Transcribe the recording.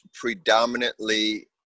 predominantly